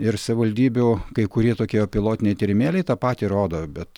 ir savivaldybių kai kurie tokie pilotiniai tyrimėliai tą patį rodo bet